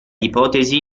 ipotesi